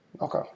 Okay